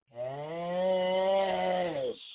Yes